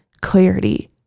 clarity